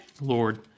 Lord